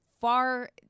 far